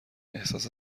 احساس